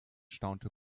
staunte